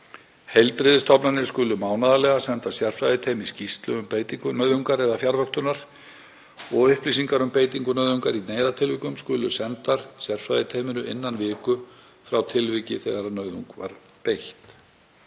Heilbrigðisstofnanir skulu mánaðarlega senda sérfræðiteymi skýrslu um beitingu nauðungar eða fjarvöktunar. Upplýsingar um beitingu nauðungar í neyðartilvikum skulu sendar sérfræðiteyminu innan viku frá tilviki þegar nauðung var beitt.